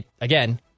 Again